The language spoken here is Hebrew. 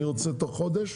אני רוצה תוך חודש